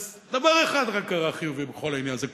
אז דבר אחד רק קרה חיובי בכל העניין הזה,